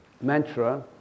mantra